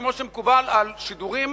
כמו שמקובל על שידורים